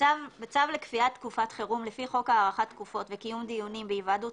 בצו לקביעת תקופת חירום לפי חוק הארכת תקופות וקיום דיונים בהיוועדות